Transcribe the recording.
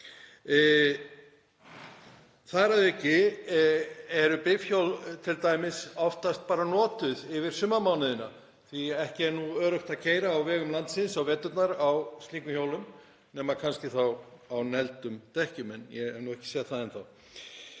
Þar að auki eru bifhjól oftast bara notuð yfir sumarmánuðina því að ekki er öruggt að keyra á vegum landsins á veturna á slíkum hjólum nema kannski á negldum dekkjum, en ég hef ekki séð það enn þá.